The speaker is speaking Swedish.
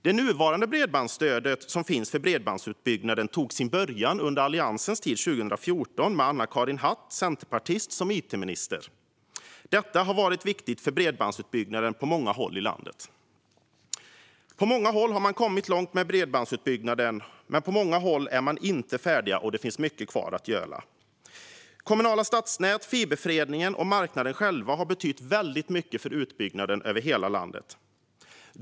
Det nuvarande stödet för bredbandsutbyggnaden kom till 2014 under Alliansens regeringstid med centerpartisten Anna-Karin Hatt som it-minister. Stödet har varit viktigt för bredbandsutbyggnaden i landet. På många håll har man kommit långt med utbyggnaden. Men på många andra håll är man inte färdig, och det finns mycket kvar att göra. Kommunala stadsnät, fiberföreningar och marknaden själv har betytt mycket för utbyggnaden över hela landet.